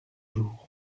jour